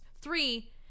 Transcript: Three